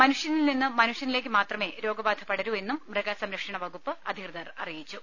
മനുഷ്യനിൽനിന്ന് മനുഷ്യനിലേക്ക് മാത്രമേ രോഗബാധ പടരൂ എന്നും മൃഗസംരക്ഷണവകുപ്പ് അധി കൃതർ അറിയിച്ചു